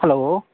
hello